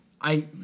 I-